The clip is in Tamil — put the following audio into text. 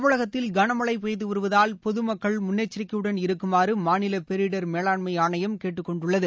தமிழகத்தில் கன மழை பெய்து வருவதால் பொது மக்கள் முன்னெச்சரிக்கையுடன் இருக்குமாறு மாநில பேரிடர் மேலாண்மை ஆணையம் கேட்டுக்கொண்டுள்ளது